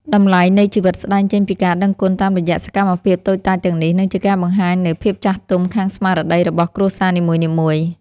តម្លៃនៃជីវិតស្តែងចេញពីការដឹងគុណតាមរយៈសកម្មភាពតូចតាចទាំងនេះ និងជាការបង្ហាញនូវភាពចាស់ទុំខាងស្មារតីរបស់គ្រួសារនីមួយៗ។